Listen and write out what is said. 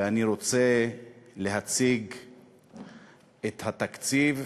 ואני רוצה להציג את התקציב,